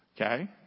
Okay